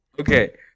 Okay